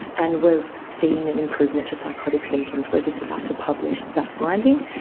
and we've seen an improvement to psychotic symptoms. we're just about to publish that finding,